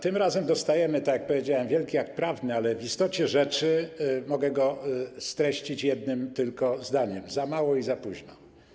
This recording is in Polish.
Tym razem dostajemy, tak jak powiedziałem, wielki akt prawny, ale w istocie mogę go streścić jednym tylko zdaniem: za mało i za późno.